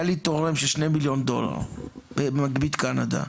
היה לי תורם של שני מיליון דולר במגבית קנדה,